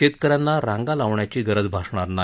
शेतक यांना रांगा लावण्याची गरज भासणार नाही